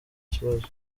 kibazo